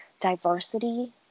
diversity